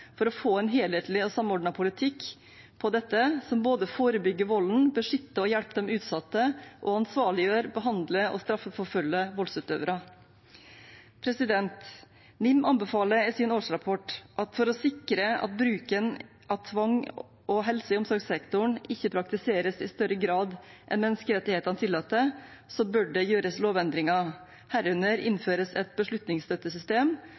for å få en helhetlig og samordnet politikk som både forebygger volden, beskytter og hjelper de utsatte, og ansvarliggjør, behandler og straffeforfølger voldsutøvere. NIM anbefaler i sin årsrapport at for å sikre at bruken av tvang i helse- og omsorgssektoren ikke praktiseres i større grad enn menneskerettighetene tillater, bør det gjøres lovendringer. Herunder bør det